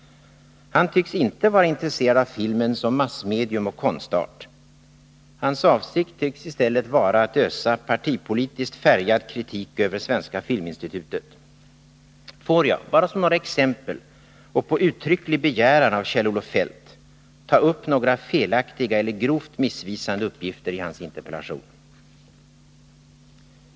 Han tycks inte vara intresserad av filmen som massmedia och konstart. Hans avsikt tycks i stället vara att ösa partipolitiskt färgad kritik 73 över Svenska filminstitutet. Får jag bara, som exempel och på uttrycklig begäran av Kjell-Olof Feldt, ta upp några felaktiga eller grovt missvisande uppgifter i hans interpellation.